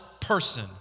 person